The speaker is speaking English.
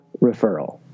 referral